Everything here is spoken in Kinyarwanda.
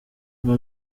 uwo